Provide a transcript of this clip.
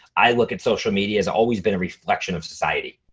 i look at social media is always been a reflection of society.